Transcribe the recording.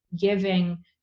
giving